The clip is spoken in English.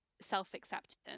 self-acceptance